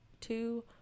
two